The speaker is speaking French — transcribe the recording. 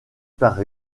par